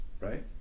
right